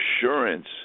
assurance